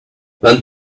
want